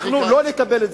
אנחנו לא נקבל את זה.